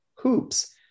hoops